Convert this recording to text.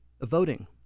voting